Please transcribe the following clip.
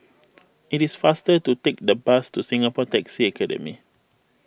it is faster to take the bus to Singapore Taxi Academy